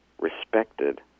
respected